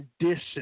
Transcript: condition